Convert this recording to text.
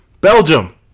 Belgium